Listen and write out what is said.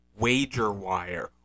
WagerWire